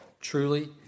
Truly